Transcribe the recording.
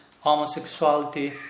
homosexuality